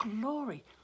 glory